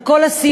על כל הסיוע.